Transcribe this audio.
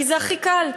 כי זה הכי קל,